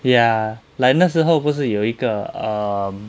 ya like 那时候不是有一个 um